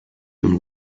and